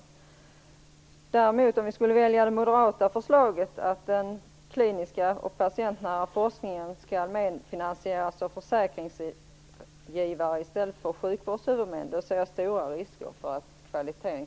Däremot ser jag stora risker för att kvaliteten kraftigt skulle försämras om vi skulle välja det moderata förslaget, att den kliniska och patientnära forskningen skall medfinansieras av försäkringsgivare i stället för av sjukvårdshuvudmän.